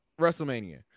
WrestleMania